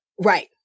Right